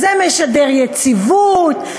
זה משדר יציבות,